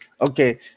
Okay